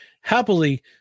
happily